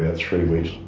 ah three weeks.